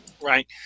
right